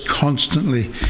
constantly